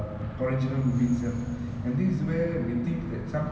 so don't necessarily need the the sequel of it